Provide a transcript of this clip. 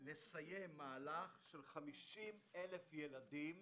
לסיים מהלך של 50,000 ילדים,